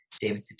David